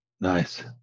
Nice